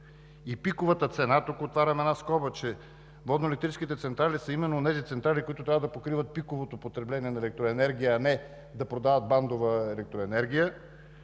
и пиковата цена – тук отварям една скоба, че водноелектрическите централи са именно онези централи, които трябва да покриват пиковото потребление на електроенергия, а не да продават бандова електроенергия,